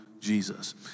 Jesus